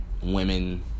women